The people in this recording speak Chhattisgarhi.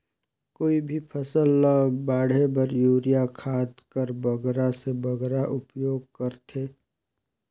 कोई भी फसल ल बाढ़े बर युरिया खाद कर बगरा से बगरा उपयोग कर थें?